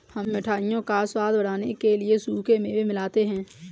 हम मिठाइयों का स्वाद बढ़ाने के लिए सूखे मेवे मिलाते हैं